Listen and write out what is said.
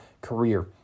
career